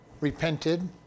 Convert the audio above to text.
repented